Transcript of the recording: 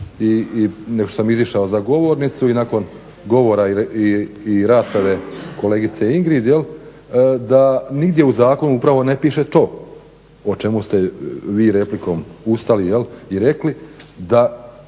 što sam izišao za govornicu i nakon govora i rasprave kolegice Ingrid je li, da nigdje u zakonu upravo ne piše to o čemu ste vi replikom ustali i rekli da